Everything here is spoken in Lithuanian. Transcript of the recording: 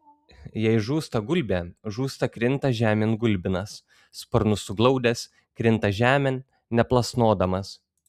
jei žūsta gulbė žūsta krinta žemėn gulbinas sparnus suglaudęs krinta žemėn neplasnodamas